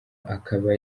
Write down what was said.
akaba